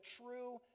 true